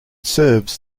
serves